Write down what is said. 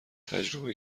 تجربه